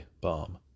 bomb